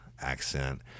accent